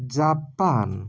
Japan